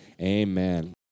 amen